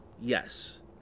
yes